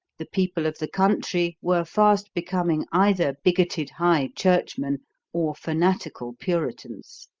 the people of the country were fast becoming either bigoted high-churchmen or fanatical puritans.